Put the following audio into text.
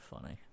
funny